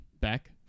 back